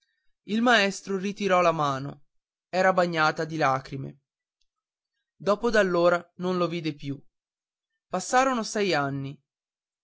il maestro ritirò la mano era bagnata di lacrime dopo d'allora non lo vide più passarono sei anni